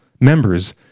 members